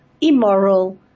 immoral